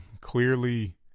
clearly